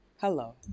Hello